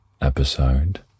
episode